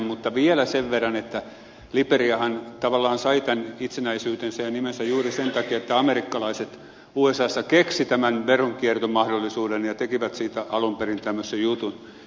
mutta vielä sen verran että liberiahan tavallaan sai itsenäisyytensä ja nimensä juuri sen takia että amerikkalaiset usassa keksivät tämän veronkiertomahdollisuuden ja tekivät siitä alun perin tämmöisen jutun